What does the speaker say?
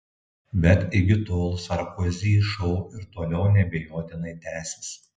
bet iki tol sarkozy šou ir toliau neabejotinai tęsis